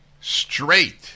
straight